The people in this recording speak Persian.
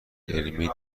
علمی